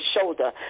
shoulder